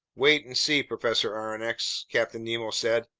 wait and see, professor aronnax, captain nemo said.